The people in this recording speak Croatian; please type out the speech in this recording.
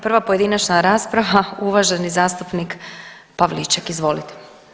Prva pojedinačna rasprava uvaženi zastupnik Pavliček, izvolite.